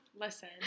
Listen